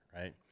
right